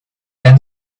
then